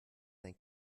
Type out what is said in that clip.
sein